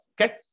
Okay